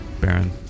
Baron